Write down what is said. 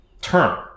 turn